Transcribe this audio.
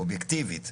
אובייקטיבית,